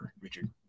Richard